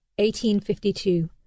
1852